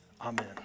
amen